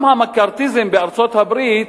גם המקארתיזם בארצות-הברית